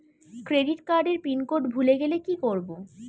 Credit কার্ডের PIN code ভুলে গেলে কি করব?